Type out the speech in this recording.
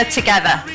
together